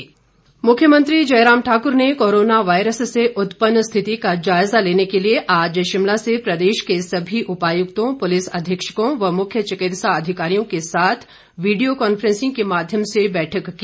जयराम ठाकुर मुख्यमंत्री जयराम ठाकुर ने corona virus से उत्पन्न स्थिति का जायजा लेने के लिए आज शिमला से प्रदेश के सभी उपायुक्तों पुलिस अधीक्षकों व मुख्य चिकित्सा अधिकारियों के साथ वीडियो कांफ्रेंसिंग के माध्यम से बैठक की